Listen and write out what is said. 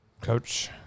Coach